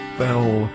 fell